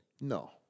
No